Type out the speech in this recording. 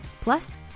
Plus